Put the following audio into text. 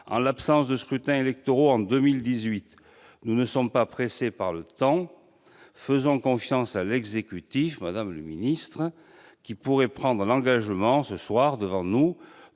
En l'absence de scrutins électoraux en 2018, nous ne sommes pas pressés par le temps. Faisons confiance à l'exécutif, madame la ministre, qui pourrait prendre l'engagement ce soir, devant nous,